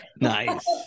nice